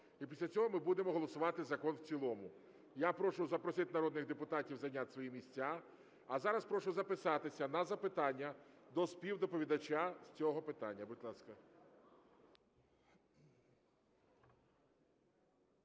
І після цього ми будемо голосувати закон в цілому. Я прошу запросити народних депутатів зайняти свої місця. А зараз прошу записатися на запитання до співдоповідача з цього питання, будь ласка.